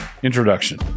Introduction